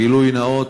גילוי נאות,